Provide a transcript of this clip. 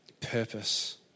Purpose